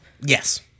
Yes